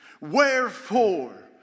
Wherefore